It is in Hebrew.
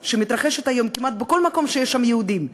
שמתרחשת היום כמעט בכל מקום שיש שם יהודים,